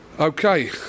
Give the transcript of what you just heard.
Okay